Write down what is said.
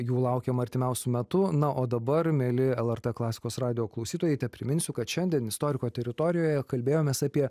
jų laukiam artimiausiu metu na o dabar mieli lrt klasikos radijo klausytojai tepriminsiu kad šiandien istoriko teritorijoje kalbėjomės apie